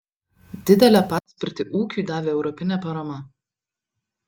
didelę paspirtį ūkiui davė europinė parama